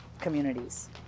communities